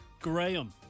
Graham